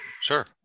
Sure